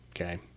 okay